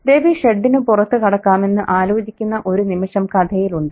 രവി ഷെഡിനു പുറത്തു കടക്കാമെന്ന് ആലോചിക്കുന്ന ഒരു നിമിഷം കഥയിലുണ്ട്